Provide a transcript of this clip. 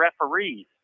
referees